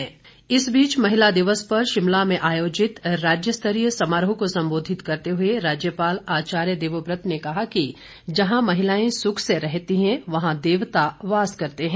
राज्यपाल इस बीच महिला दिवस पर शिमला में आयोजित राज्य स्तरीय समारोह को संबोधित करते हुए राज्यपाल आचार्य देवव्रत ने कहा कि जहां महिलाएं सुख से रहती है वहां देवता वास करते हैं